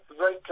right